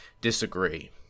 disagree